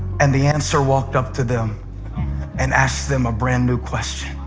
and the answer walked up to them and asked them a brand new question.